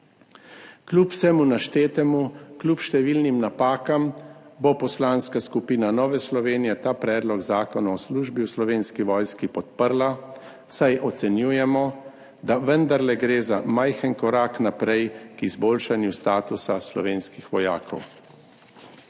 Kljub vsemu naštetemu, kljub številnim napakam bo Poslanska skupina Nove Slovenije ta predlog zakona o službi v Slovenski vojski podprla, saj ocenjujemo, da vendarle gre za majhen korak naprej k izboljšanju statusa slovenskih vojakov.